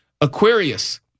Aquarius